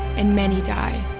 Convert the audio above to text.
and many die